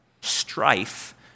strife